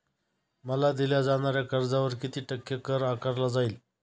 मला दिल्या जाणाऱ्या कर्जावर किती टक्के कर आकारला जाईल?